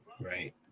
Right